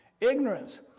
Ignorance